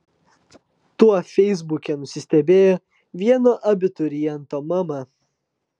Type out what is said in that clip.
tuo feisbuke nusistebėjo vieno abituriento mama